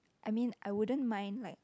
I mean I wouldn't mind like